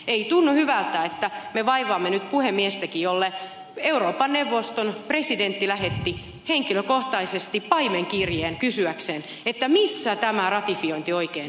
ei tunnu hyvältä että me vaivaamme nyt puhemiestäkin jolle euroopan neuvoston presidentti lähetti henkilökohtaisesti paimenkirjeen kysyäkseen missä tämä ratifiointi oikein viipyy